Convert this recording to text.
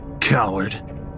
Coward